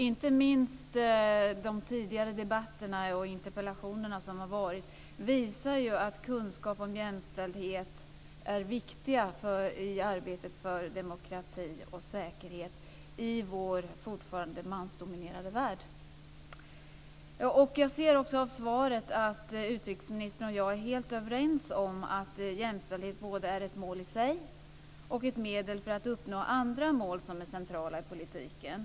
Inte minst de tidigare debatterna och interpellationerna som har varit visar ju att kunskap om jämställdhet är viktig i arbetet för demokrati och säkerhet i vår fortfarande mansdominerade värld. Jag ser också av svaret att utrikesministern och jag är helt överens om att jämställdhet är både ett mål i sig och ett medel för att uppnå andra mål som är centrala i politiken.